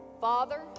father